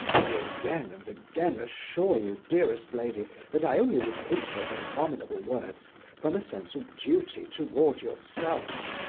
i again and again assure you, dearest lady, that i only repeat those abominable words from a sense of duty toward yourself.